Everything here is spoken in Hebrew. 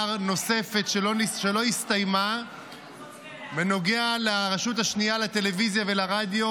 נוספת שלא הסתיימה בנוגע לרשות השנייה לטלוויזיה ולרדיו,